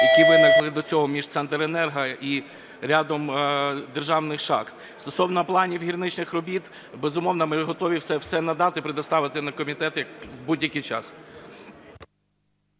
які виникли до цього між Центренерго і рядом державних шахт. Стосовно планів гірничих робіт, безумовно, ми готові все надати і предоставить на комітет в будь-який час.